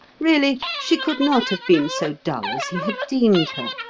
really, she could not have been so dull as he had deemed her.